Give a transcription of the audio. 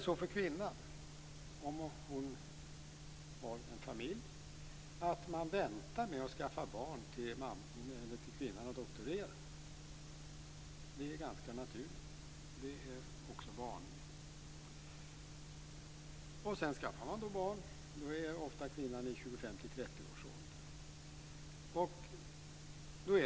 Om man har familj väntar man ofta med att skaffa barn till dess att kvinnan har doktorerat. Det är ganska naturligt, och det är också vanligt. Sedan skaffar man barn. Då är kvinnan ofta i 25-30 årsåldern.